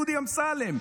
דודי אמסלם,